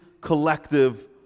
collective